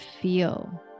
feel